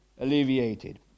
alleviated